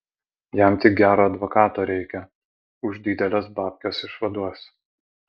jam tik gero advokato reikia už dideles babkes išvaduos